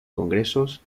congresos